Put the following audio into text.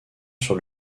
sur